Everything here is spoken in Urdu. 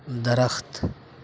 درخت